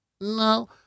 no